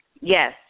Yes